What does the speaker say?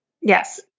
Yes